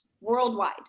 worldwide